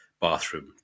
bathroom